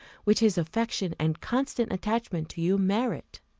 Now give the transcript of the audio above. which his affection and constant attachment to you merit.